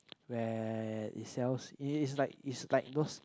where it sells it is like is like those